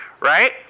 right